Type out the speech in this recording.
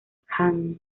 habsburgo